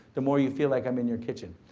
the more you feel like i'm in your kitchen.